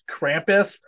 Krampus